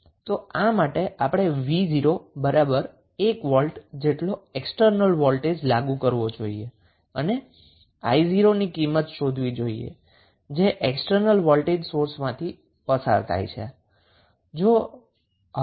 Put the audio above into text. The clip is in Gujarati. તો આ માટે આપણે 𝑣01V જેટલો એક્સટર્નલ વોલ્ટેજ લાગુ કરવો જોઈએ અને i0 ની કિંમત શોધવી જોઈએ જે એક્સટર્નલ વોલ્ટેજ સોર્સમાંથી પસાર થાય છે